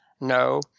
No